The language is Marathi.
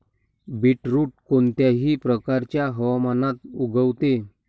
बीटरुट कोणत्याही प्रकारच्या हवामानात उगवते